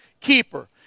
keeper